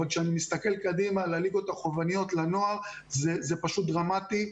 אבל כשאני מסתכל קדימה לליגות החובבניות לנוער זה פשוט דרמטי.